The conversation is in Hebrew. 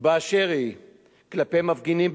באשר היא כלפי "מפגינים",